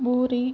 puri